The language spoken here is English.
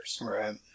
Right